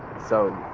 so,